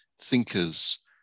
thinkers